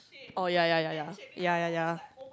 oh ya ya ya ya ya ya ya